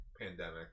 pandemic